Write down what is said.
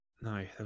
No